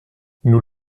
nous